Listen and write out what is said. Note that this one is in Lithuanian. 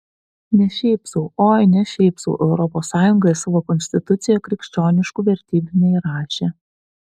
ne šiaip sau oi ne šiaip sau europos sąjunga į savo konstituciją krikščioniškų vertybių neįrašė